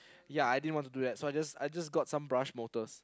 ya I didn't wanna do that so I just I just got some brush motors